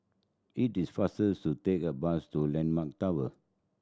it is faster to take a bus to Landmark Tower